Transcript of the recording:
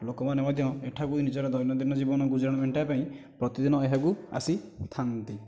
ଲୋକମାନେ ମଧ୍ୟ ଏଠାକୁ ନିଜର ଦୈନନ୍ଦିନ ଜୀବନ ଗୁଜୁରାଣ ମେଣ୍ଟାଇବା ପାଇଁ ପ୍ରତିଦିନ ଏହାକୁ ଆସିଥାନ୍ତି